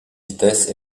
vitesse